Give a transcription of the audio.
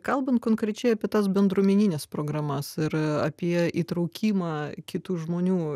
kalbant konkrečiai apie tas bendruomenines programas ir apie įtraukimą kitų žmonių